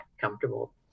comfortable